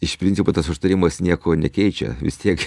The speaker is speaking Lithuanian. iš principo tas užtarimas nieko nekeičia vis tiek